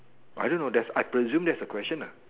I don't know that's I presume that is a question nah